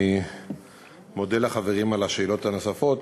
אני מודה לחברים על השאלות הנוספות,